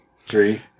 Three